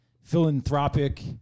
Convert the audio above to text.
philanthropic